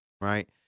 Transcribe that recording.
Right